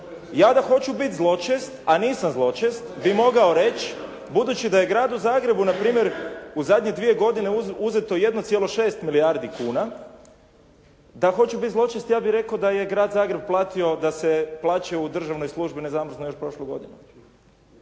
Ja da hoću biti zločest, a nisam zločest bi mogao reći budući da je gradu Zagrebu, npr. u zadnje dvije godine uzeto 1,6 milijardi kuna, da hoću biti zločest ja bih rekao da je grad Zagreb platio da se plaće u državnoj službi ne zamrznu još prošlu godinu.